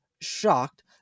shocked